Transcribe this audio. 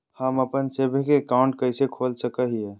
हम अप्पन saving account कइसे खोल सको हियै?